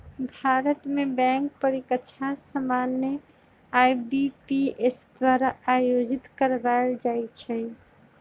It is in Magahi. भारत में बैंक परीकछा सामान्य आई.बी.पी.एस द्वारा आयोजित करवायल जाइ छइ